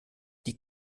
die